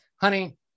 honey